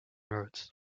roads